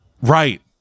Right